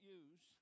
use